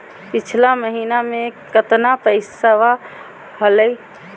पिछला महीना मे कतना पैसवा हलय?